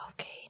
Okay